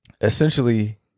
essentially